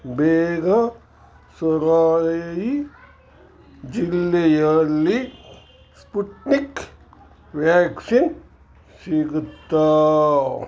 ಬೇಗುಸರಾಯಿ ಜಿಲ್ಲೆಯಲ್ಲಿ Sputnik vaccine ಸಿಗುತ್ತಾ